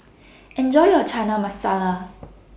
Enjoy your Chana Masala